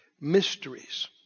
mysteries